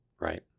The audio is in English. Right